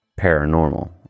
paranormal